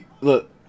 Look